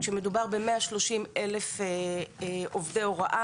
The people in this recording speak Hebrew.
כשמדובר ב-130.000 עובדי הוראה